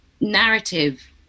narrative